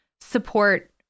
support